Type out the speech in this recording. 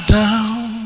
down